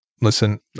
listen